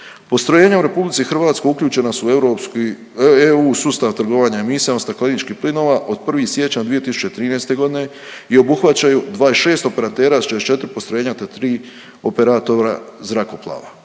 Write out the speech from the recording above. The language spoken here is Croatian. Postrojenja u RH uključena su u europski, EU sustav trgovanja emisijama stakleničkih plinova od 1. siječnja 2013. g. i obuhvaćaju 26 operatera s 44 postrojenja te 3 operatora zrakoplova.